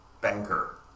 banker